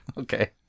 Okay